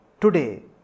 today